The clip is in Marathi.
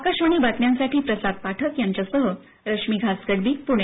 आकाशवाणी बातम्यांसाठी प्रसाद पाठक यांच्यासह रश्मी घासकडबी पुणे